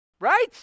Right